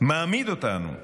מעמיד אותנו,